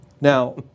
Now